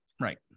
Right